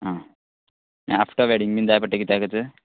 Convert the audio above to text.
आ आनी after wedding बीन जाय पडटा कित्या कत